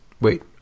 Wait